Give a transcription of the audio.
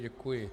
Děkuji.